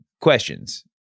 questions